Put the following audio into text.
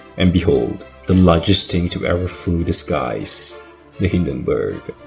and behold the largest thing to ever flew the skies the hindenburg